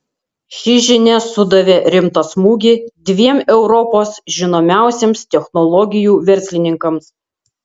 ši žinia sudavė rimtą smūgį dviem europos žinomiausiems technologijų verslininkams